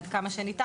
עד כמה שניתן,